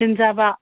ꯇꯤꯟ ꯆꯥꯕ